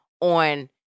on